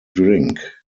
drink